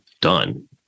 done